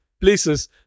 places